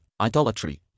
idolatry